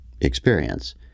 experience